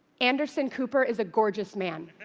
anderson cooper is a gorgeous man.